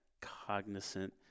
cognizant